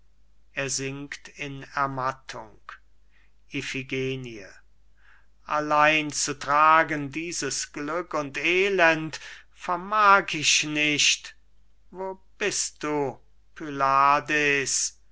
ermattung iphigenie allein zu tragen dieses glück und elend vermag ich nicht wo bist du pylades